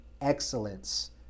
excellence